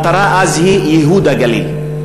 המטרה אז היא ייהוד הגליל.